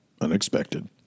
unexpected